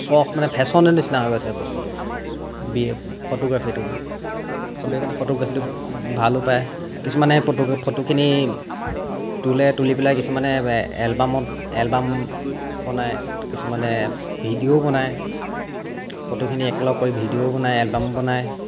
চখ মানে ফেচনৰ নিচিনা হৈ গৈছে বস্তুটো বি ফটোগ্ৰাফীটো চবেই মানে ফটোগ্ৰাফীটো ভালো পায় কিছুমানে ফটো ফটোখিনি তোলে তোলি পেলাই কিছুমানে এলবামত এলবাম বনায় কিছুমানে ভিডিঅ' বনায় ফটোখিনি একলগ কৰি ভিডিঅ'ও বনায় এলবামো বনায়